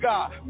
God